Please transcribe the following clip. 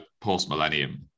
post-millennium